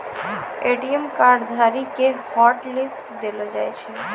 ATM card धारी के hotlist देलो जाय छै